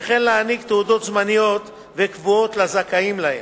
וכן להעניק תעודות זמניות וקבועות לזכאים להן.